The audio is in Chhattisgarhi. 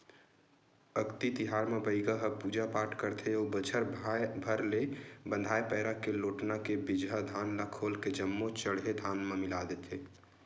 अक्ती तिहार म बइगा ह पूजा पाठ करथे अउ बछर भर ले बंधाए पैरा के लोटना के बिजहा धान ल खोल के जम्मो चड़हे धान म मिला देथे